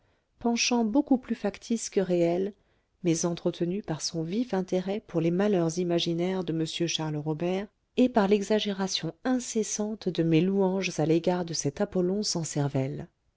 penchant beaucoup plus factice que réel mais entretenu par son vif intérêt pour les malheurs imaginaires de m charles robert et par l'exagération incessante de mes louanges à l'égard de cet apollon sans cervelle